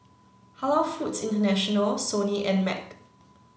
Halal Foods International Sony and Mac